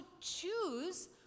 choose